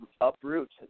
uproot